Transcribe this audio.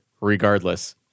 regardless